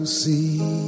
see